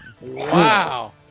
Wow